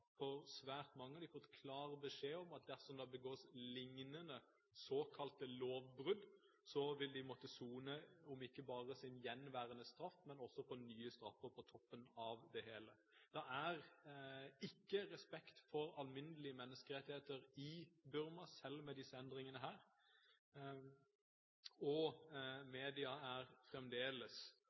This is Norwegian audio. fått klar beskjed om at dersom det begås lignende såkalte lovbrudd, vil de måtte sone ikke bare sin gjenværende straff, men også få nye straffer på toppen av det hele. Det er ikke respekt for alminnelige menneskerettigheter i Burma, selv med disse endringene. Media er fremdeles